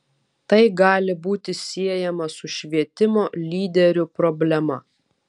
tai gali būti siejama su švietimo lyderių problema